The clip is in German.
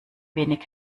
wenig